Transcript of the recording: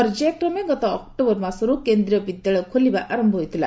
ପର୍ଯ୍ୟାୟକ୍ରମେ ଗତ ଅକ୍ଟୋବର ମାସରୁ କେନ୍ଦ୍ରୀୟ ବିଦ୍ୟାଳୟ ଖୋଲିବା ଆରମ୍ଭ ହୋଇଥିଲା